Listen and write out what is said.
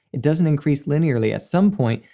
it doesn't increase linearly. at some point,